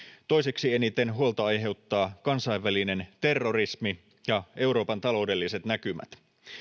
toiseksi eniten huolta aiheuttaa kansainvälinen terrorismi ja euroopan taloudelliset näkymät